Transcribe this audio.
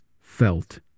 felt